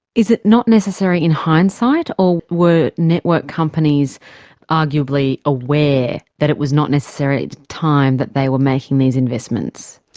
is it not necessary in hindsight, or were network companies arguably aware that it was not necessary at the time that they were making these investments?